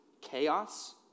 chaos